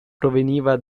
proveniva